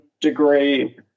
degree